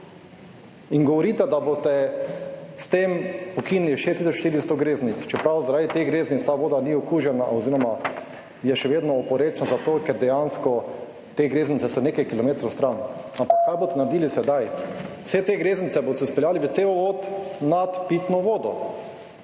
Govorite, da boste s tem ukinili 6 tisoč 400 greznic, čeprav zaradi teh greznic ta voda ni okužena oziroma je še vedno oporečna, zato ker dejansko te greznice so nekaj kilometrov stran. Ampak kaj boste naredili sedaj? Vse te greznice boste speljali v cevovod nad pitno vodo,